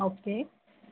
okay